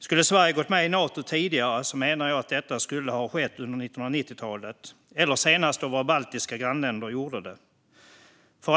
Skulle Sverige ha gått med i Nato tidigare skulle det, menar jag, ha skett under 1990-talet eller senast då Sveriges baltiska grannländer gjorde det.